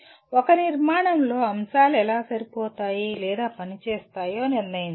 ఒక నిర్మాణంలో అంశాలు ఎలా సరిపోతాయి లేదా పనిచేస్తాయో నిర్ణయించండి